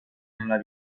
nella